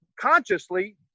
consciously